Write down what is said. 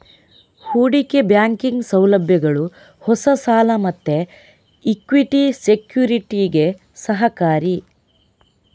ಹೂಡಿಕೆ ಬ್ಯಾಂಕಿಂಗ್ ಸೌಲಭ್ಯಗಳು ಹೊಸ ಸಾಲ ಮತ್ತೆ ಇಕ್ವಿಟಿ ಸೆಕ್ಯುರಿಟಿಗೆ ಸಹಕಾರಿ